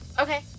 Okay